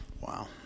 Wow